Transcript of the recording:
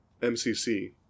MCC